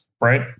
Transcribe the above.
right